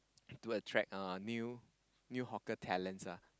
to attract uh new new hawker talents ah